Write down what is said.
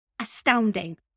astounding